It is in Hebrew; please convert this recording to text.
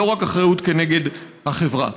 ולא רק אחריות כנגד החברה.